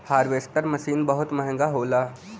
harvester machine बहुत महंगा होला